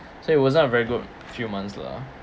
so it wasn't a very good few months lah